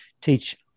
teach